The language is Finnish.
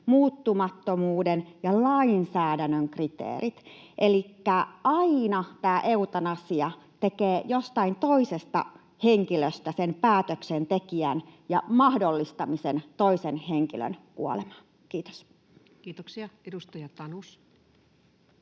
muuttumattomuuden ja lainsäädännön kriteerit, elikkä aina tämä eutanasia tekee jostain toisesta henkilöstä sen päätöksentekijän ja toisen henkilön kuoleman mahdollistajan.